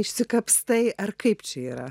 išsikapstai ar kaip čia yra